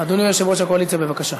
אדוני יושב-ראש הקואליציה, בבקשה.